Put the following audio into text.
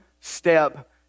step